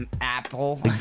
Apple